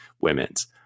women's